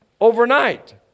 overnight